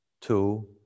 two